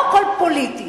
לא הכול פוליטי.